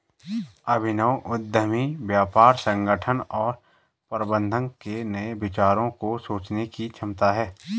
अभिनव उद्यमी व्यापार संगठन और प्रबंधन के नए विचारों को सोचने की क्षमता है